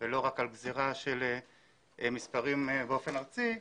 ולא רק על מספרים באופן ארצי,